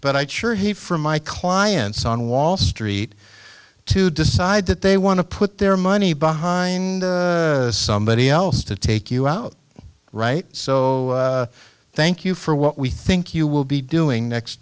but i sure he for my clients on wall street to decide that they want to put their money behind somebody else to take you out right so thank you for what we think you will be doing next